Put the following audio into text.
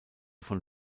von